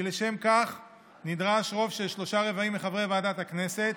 כי לשם כך נדרש רוב של שלושה-רבעים מחברי ועדת הכנסת,